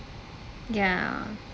ya